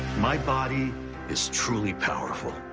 my body is truly powerful.